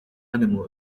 animal